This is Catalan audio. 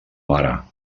mare